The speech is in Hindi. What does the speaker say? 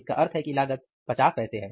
इसका अर्थ है कि लागत 50 पैसे है